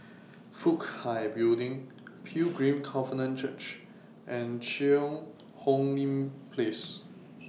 Fook Hai Building Pilgrim Covenant Church and Cheang Hong Lim Place